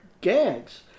gags